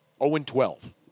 0-12